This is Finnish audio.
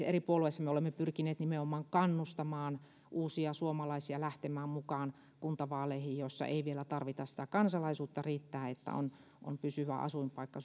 eri puolueissa me olemme pyrkineet nimenomaan kannustamaan uusia suomalaisia lähtemään mukaan kuntavaaleihin joissa ei vielä tarvita sitä kansalaisuutta riittää että on on pysyvä asuinpaikka